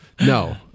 no